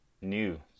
new